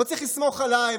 לא צריך לסמוך עליי,